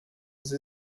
sie